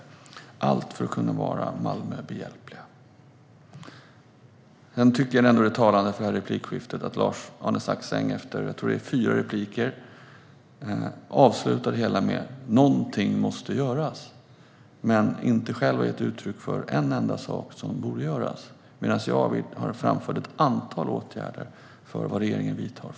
Allt detta har vi gjort för att kunna vara Malmö behjälpliga. Jag tycker att det är talande för debatten att Lars-Arne Staxäng efter fyra inlägg avslutar med att säga att någonting måste göras men själv inte ger uttryck för en enda sak som borde göras. Själv har jag framfört ett antal åtgärder som regeringen vidtar.